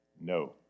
no